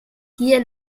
hier